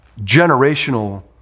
generational